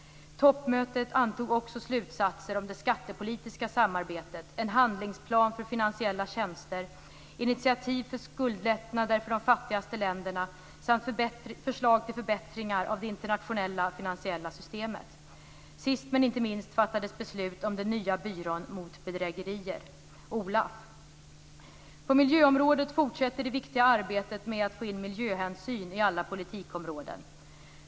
Toppmötet antog också slutsatser om det skattepolitiska samarbetet, en handlingsplan för finansiella tjänster, initiativ för skuldlättnader för de fattigaste länderna samt förslag till förbättringar av det internationella finansiella systemet. Sist men inte minst fattades beslut om den nya byrån mot bedrägerier - OLAF. På miljöområdet fortsätter det viktiga arbetet med att få in miljöhänsyn i alla politikområden.